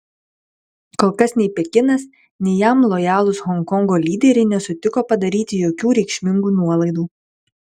kol kas nei pekinas nei jam lojalūs honkongo lyderiai nesutiko padaryti jokių reikšmingų nuolaidų